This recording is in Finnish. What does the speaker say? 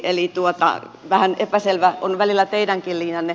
eli vähän epäselvä on välillä teidänkin linjanne